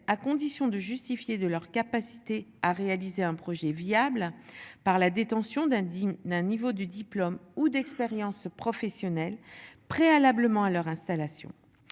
à condition de justifier de leur capacité à réaliser un projet viable par la détention d'un digne d'un niveau de diplôme ou d'expérience professionnelle. Préalablement à leur installation